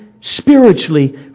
spiritually